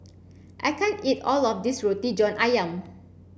I can't eat all of this Roti John Ayam